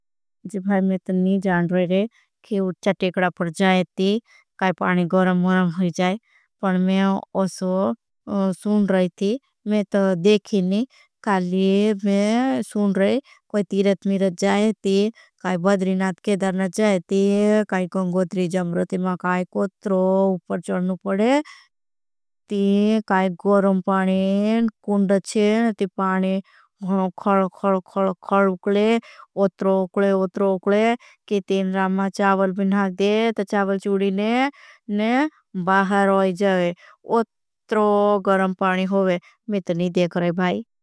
मैं तो नहीं जान रहा है कि उच्छा टेकड़ा पर जाएती काई पानी। गरम गरम हो जाए पर मैं असो सुन रही थी। मैं तो देखी नहीं काली मैं सुन रही कोई तीरत। मिरत जाएती काई बादरी नाथ केदर न जाएती काई गंगोधरी। जमरती मां काई कोट्रो उपर नुपडे तीं काई। गरम पानी कुंड़चे न ती पानी खल खल। खल खल खल उपले उत्रो उपले उत्रो उपले के तीं रामा चावल। बिनाग दे तो चावल चूड़ीने ने बाहर आय जाए। उत्रो गरम पानी होगे मैं तो नहीं देख रहा है भाई।